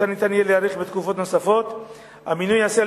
שיהיה אפשר להאריכה בתקופות נוספות.